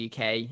uk